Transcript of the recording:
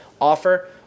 offer